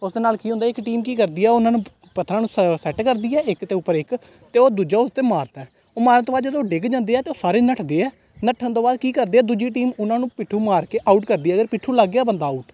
ਉਸ ਦੇ ਨਾਲ ਕੀ ਹੁੰਦਾ ਇੱਕ ਟੀਮ ਕੀ ਕਰਦੀ ਹੈ ਉਹਨਾਂ ਨੂੰ ਪ ਪੱਥਰਾਂ ਨੂੰ ਸ ਸੈਟ ਕਰਦੀ ਹੈ ਇੱਕ ਦੇ ਉੱਪਰ ਇੱਕ ਅਤੇ ਉਹ ਦੂਜਾ ਉਸ 'ਤੇ ਮਾਰਦਾ ਹੈ ਉਹ ਮਾਰਨ ਤੋਂ ਬਾਅਦ ਜਦੋਂ ਉਹ ਡਿੱਗ ਜਾਂਦੇ ਆ ਤਾਂ ਉਹ ਸਾਰੇ ਨੱਠਦੇ ਆ ਨੱਠਣ ਤੋਂ ਬਾਅਦ ਕੀ ਕਰਦੇ ਆ ਦੂਜੀ ਟੀਮ ਉਹਨਾਂ ਨੂੰ ਪਿੱਠੂ ਮਾਰ ਕੇ ਆਊਟ ਕਰਦੀ ਆ ਅਗਰ ਪਿੱਠੂ ਲੱਗ ਗਿਆ ਬੰਦਾ ਆਊਟ